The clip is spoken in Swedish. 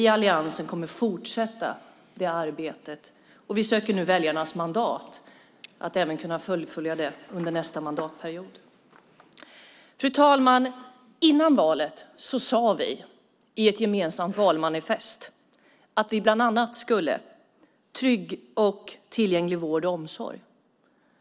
Vi i Alliansen kommer att fortsätta det arbetet, och vi söker nu väljarnas mandat att fullfölja arbetet under nästa mandatperiod. Fru talman! Innan valet sade vi i ett gemensamt valmanifest att vi bland annat skulle ge trygg och tillgänglig vård och omsorg.